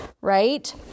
right